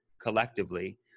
collectively